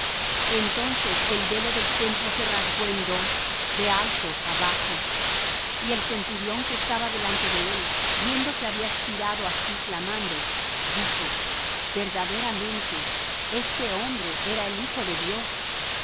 entonces el velo del templo se rasgó en dos de alto á bajo y el centurión que estaba delante de él viendo que había espirado así clamando dijo verdaderamente este hombre era el hijo de dios